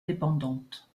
dépendantes